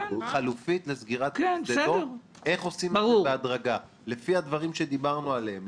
חלופית לסגירת שדה דב ואיך עושים את זה בהדרגה לפי הדברים שדיברנו עליהם,